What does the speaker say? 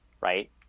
right